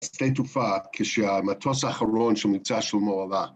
שדה תעופה כשהמטוס האחרון של מבצע שלמה עלה